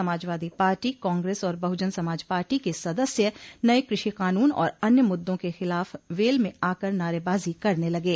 Samajwadi party Congress और Bahujan Samaj party के सदस्य नये कृषि कानून और अन्य मुद्दों के खिलाफ वेल में आकर नारेबाजी करने लगे